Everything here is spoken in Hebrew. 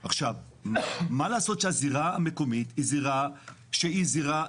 עכשיו, מה לעשות שהזירה המקומית היא זירה דינמית?